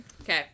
Okay